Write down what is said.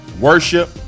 worship